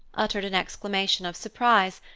uttered an exclamation of surprise,